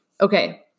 Okay